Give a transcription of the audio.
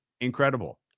incredible